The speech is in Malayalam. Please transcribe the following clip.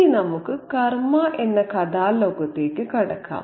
ഇനി നമുക്ക് 'കർമ' എന്ന കഥാലോകത്തേക്ക് കടക്കാം